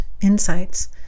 insights